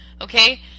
okay